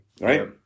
right